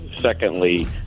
Secondly